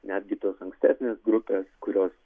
netgi tos ankstesnės grupės kurios